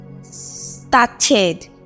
started